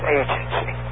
agency